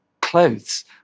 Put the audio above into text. clothes